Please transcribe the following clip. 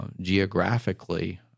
geographically